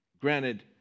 Granted